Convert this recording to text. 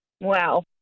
Wow